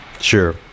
Sure